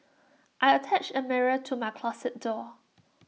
I attached A mirror to my closet door